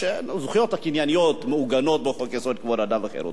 הזכויות הקנייניות מעוגנות בחוק-יסוד: כבוד האדם וחירותו.